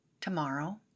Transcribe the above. tomorrow